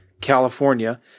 California